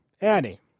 Annie